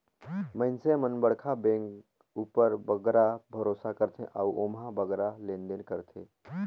मइनसे मन बड़खा बेंक उपर बगरा भरोसा करथे अउ ओम्हां बगरा लेन देन करथें